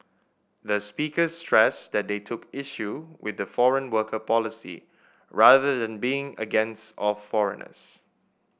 the speakers stressed that they took issue with the foreign worker policy rather than being against of foreigners